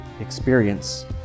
experience